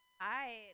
Hi